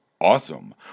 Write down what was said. awesome